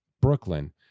Brooklyn